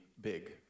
big